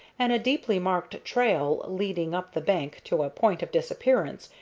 and a deeply marked trail, leading up the bank to a point of disappearance,